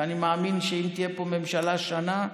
ואני מאמין שאם תהיה פה ממשלה שנה,